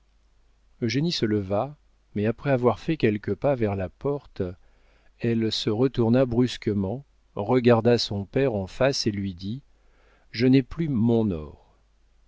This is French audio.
produit eugénie se leva mais après avoir fait quelques pas vers la porte elle se retourna brusquement regarda son père en face et lui dit je n'ai plus mon or